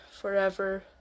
forever